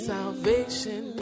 Salvation